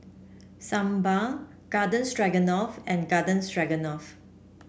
Sambar Garden Stroganoff and Garden Stroganoff